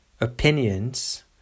opinions